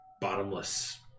bottomless